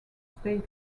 state